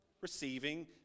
receiving